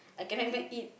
I cannot even eat